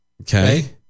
Okay